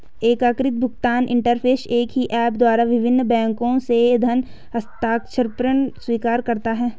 एकीकृत भुगतान इंटरफ़ेस एक ही ऐप द्वारा विभिन्न बैंकों से धन हस्तांतरण स्वीकार करता है